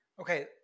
Okay